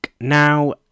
Now